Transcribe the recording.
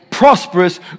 prosperous